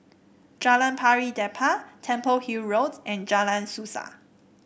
Jalan Pari Dedap Temple Hill Road and Jalan Suasa